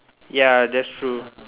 ya that's true